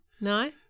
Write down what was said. No